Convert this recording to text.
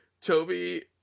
Toby